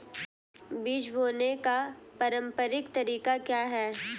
बीज बोने का पारंपरिक तरीका क्या है?